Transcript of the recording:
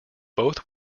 both